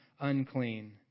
unclean